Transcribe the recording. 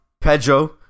Pedro